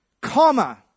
Comma